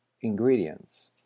ingredients